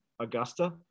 Augusta